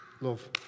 love